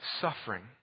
suffering